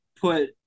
put